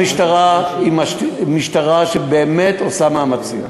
המשטרה היא משטרה שבאמת עושה מאמצים,